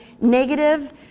negative